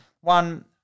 one